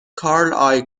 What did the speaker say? کارل